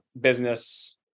business